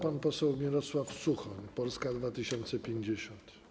Pan poseł Mirosław Suchoń, Polska 2050.